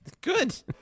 good